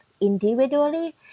individually